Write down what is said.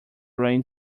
rain